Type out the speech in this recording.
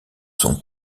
sont